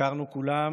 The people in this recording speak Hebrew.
הכרנו כולם